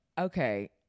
okay